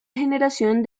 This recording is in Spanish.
generación